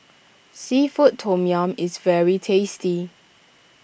Seafood Tom Yum is very tasty